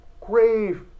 grave